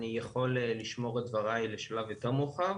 אני יכול לשמור את דבריי לשלב יותר מאוחר,